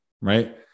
right